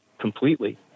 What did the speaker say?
completely